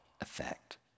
effect